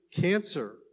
cancer